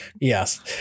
yes